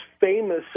famous